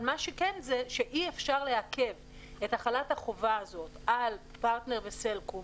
אבל מה שכן אי-אפשר לעכב את החלת החובה הזאת על פרטנר וסלקום,